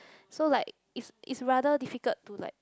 so like it's it's rather difficult to like